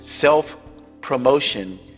self-promotion